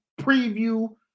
preview